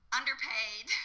underpaid